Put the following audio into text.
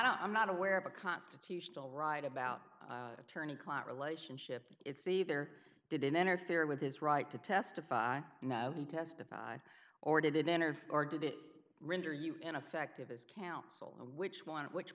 don't i'm not aware of a constitutional right about attorney client relationship it's either didn't interfere with his right to testify he testified or did it enter or did it render you ineffective as counsel which one of which